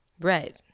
Right